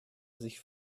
sich